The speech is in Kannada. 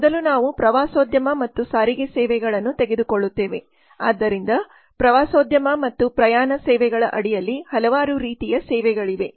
ಮೊದಲು ನಾವು ಪ್ರವಾಸೋದ್ಯಮ ಮತ್ತು ಸಾರಿಗೆ ಸೇವೆಗಳನ್ನು ತೆಗೆದುಕೊಳ್ಳುತ್ತೇವೆ ಆದ್ದರಿಂದ ಪ್ರವಾಸೋದ್ಯಮ ಮತ್ತು ಪ್ರಯಾಣ ಸೇವೆಗಳ ಅಡಿಯಲ್ಲಿ ಹಲವಾರು ರೀತಿಯ ಸೇವೆಗಳಿವೆ